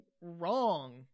wrong